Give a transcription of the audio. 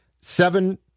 seven